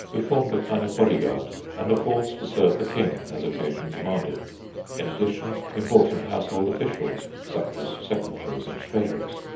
who formed a kind of body-guard and a force to serve the king as occasion demanded in addition, important household officials, such as secretaries and treasurers.